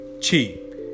cheap